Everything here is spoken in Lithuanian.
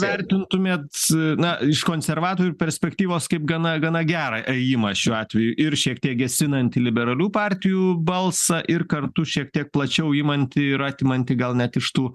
vertintumėt na iš konservatorių perspektyvos kaip gana gana gerą ėjimą šiuo atveju ir šiek tiek gesinantį liberalių partijų balsą ir kartu šiek tiek plačiau imantį ir atimantį gal net iš tų